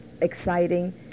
exciting